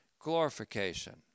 glorification